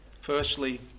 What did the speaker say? Firstly